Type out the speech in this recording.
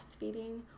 breastfeeding